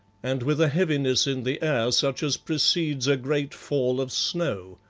and with a heaviness in the air such as precedes a great fall of snow,